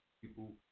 people